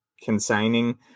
consigning